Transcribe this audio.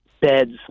beds